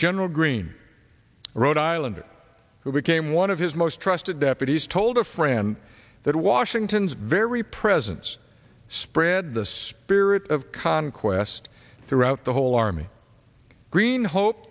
general greene rhode island who became one of his most trusted deputies told a friend that washington's very presence spread this spirit of conquest throughout the whole army green hope